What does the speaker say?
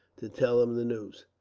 to tell him the news.